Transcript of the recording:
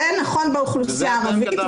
זה נכון באוכלוסייה הערבית.